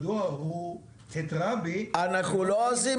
מדוע הוא התרה בי --- אנחנו לא עושים